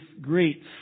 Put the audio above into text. great